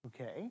Okay